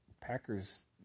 Packers